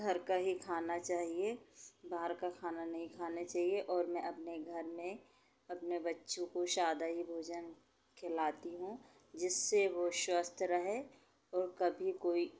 घर का ही खाना चाहिए बाहर का खाना नहीं खाने चाहिए और मैं अपने घर में अपने बच्चों को सादा ही भोजन खिलाती हूँ जिससे वो स्वस्थ रहे और कभी कोई